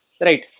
right